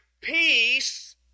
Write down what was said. Peace